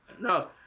No